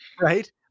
right